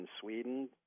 Sweden